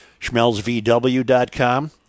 SchmelzVW.com